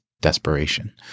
desperation